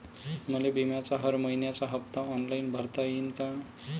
मले बिम्याचा हर मइन्याचा हप्ता ऑनलाईन भरता यीन का?